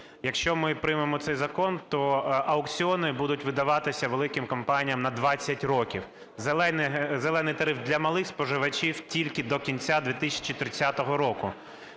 Якщо ми приймемо цей закон, то аукціони будуть видаватися великим компаніям на 20 років. "Зелений" тариф для малих споживачів – тільки до кінця 2030 року.